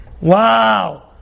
Wow